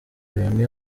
bimwe